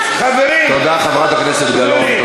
חברים, תודה, חברת הכנסת גלאון.